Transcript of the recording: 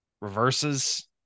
reverses